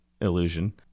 illusion